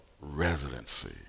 residency